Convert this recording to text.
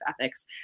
ethics